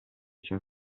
ciò